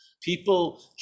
people